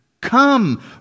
Come